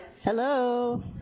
Hello